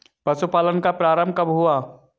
पशुपालन का प्रारंभ कब हुआ?